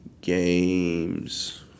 games